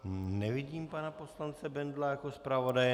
Nevidím pana poslance Bendla jako zpravodaje.